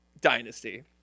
dynasty